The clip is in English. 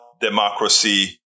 democracy